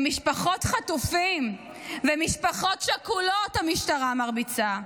למשפחות חטופים ומשפחות שכולות המשטרה מרביצה,